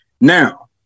Now